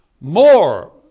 More